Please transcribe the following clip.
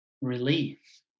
relief